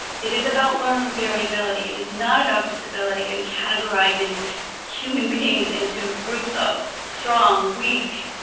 it is about learner variability. it is not about disability and categorizing human beings into groups of strong, weak,